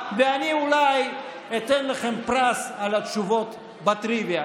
ואני אולי אתן לכם פרס על התשובות בטריוויה.